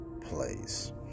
place